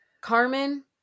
Carmen